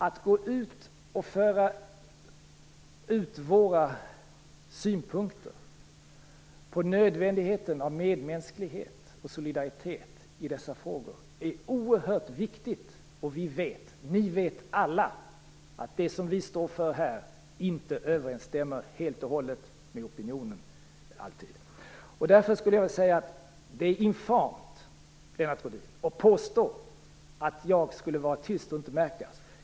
Att föra ut våra synpunkter om nödvändigheten av medmänsklighet och solidaritet i dessa frågor är oerhört viktigt. Vi vet - och ni alla vet - att det vi står för här i kammaren inte alltid överensstämmer helt och hållet med opinionen. Det är infamt, Lennart Rohdin, att påstå att jag skulle vara tyst och inte märkas!